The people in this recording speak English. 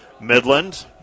Midland